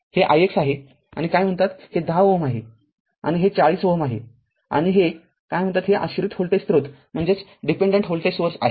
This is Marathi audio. हे ix आहे आणि काय कॉल हे १० Ω आहे आणि हे ४० Ω आहे आणि हे काय कॉल हे आश्रित व्होल्टेज स्त्रोत आहे